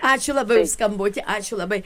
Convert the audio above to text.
ačiū labai už skambutį ačiū labai